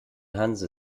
hanse